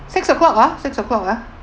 six o'clock ah six o'clock ah